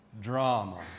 drama